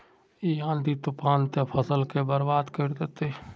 इ आँधी तूफान ते फसल के बर्बाद कर देते?